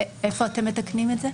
איפה אתם מתקנים את זה?